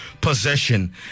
possession